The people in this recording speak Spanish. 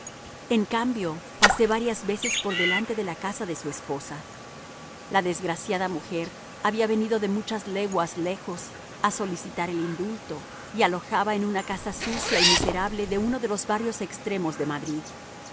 en cambio pasé varias veces por delante de la casa de su esposa la desgraciada mujer había venido de muchas leguas lejos a solicitar el indulto y alojaba en una casa sucia y miserable de uno de los barrios extremos de madrid